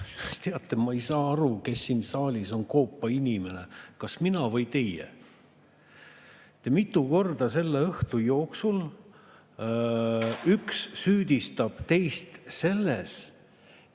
Teate, ma ei saa aru, kes siin saalis on koopainimene, kas mina või teie. Mitu korda selle õhtu jooksul üks süüdistab teist selles, et